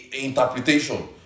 interpretation